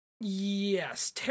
Yes